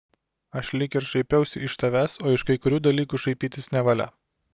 aš lyg ir šaipiausi iš tavęs o iš kai kurių dalykų šaipytis nevalia